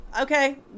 Okay